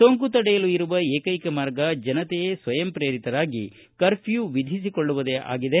ಸೋಂಕು ತಡೆಯಲು ಇರುವ ಏಕೈಕ ಮಾರ್ಗ ಜನತೆಯೇ ಸ್ವಯಂ ಪ್ರೇರಿತರಾಗಿ ಕರ್ಪ್ಯೂ ವಿಧಿಸಿಕೊಳ್ಳುವುದೇ ಆಗಿದೆ